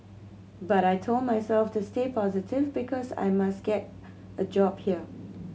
but I told myself to stay positive because I must get a job here